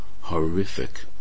horrific